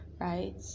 Right